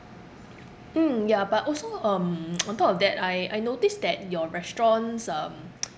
mm ya but also um on top of that I I noticed that your restaurant's um